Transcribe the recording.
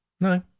No